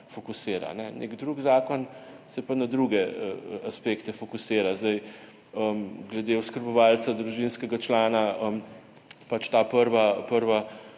Nek drug zakon se pa na druge aspekte fokusira. Glede oskrbovalca družinskega člana je ta prva